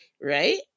Right